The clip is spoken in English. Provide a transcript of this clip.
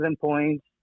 points